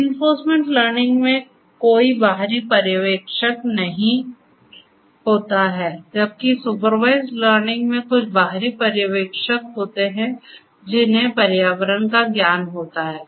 reinforcement learning में कोई बाहरी पर्यवेक्षक नहीं होता है जबकि सुपरवाइज्ड लर्निंग में कुछ बाहरी पर्यवेक्षक होते हैं जिन्हें पर्यावरण का ज्ञान होता है